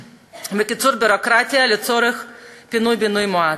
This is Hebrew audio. ובקיצור, ביורוקרטיה לצורך פינוי-בינוי מואץ.